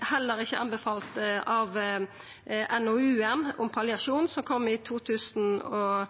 heller ikkje anbefalt i NOU-en om palliasjon som kom i 2017.